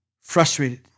frustrated